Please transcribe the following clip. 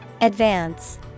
Advance